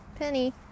Penny